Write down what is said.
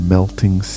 Melting